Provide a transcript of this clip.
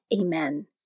Amen